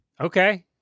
Okay